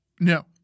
No